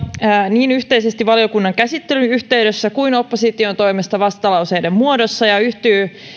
niin yhteisesti valiokunnan käsittelyn yhteydessä kuin opposition toimesta vastalauseiden muodossa ja